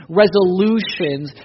resolutions